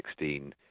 2016